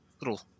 little